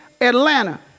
Atlanta